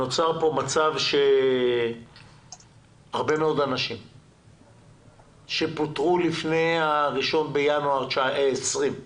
נוצר מצב שהרבה מאוד אנשים שפוטרו לפני ה-1 בינואר 2020,